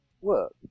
work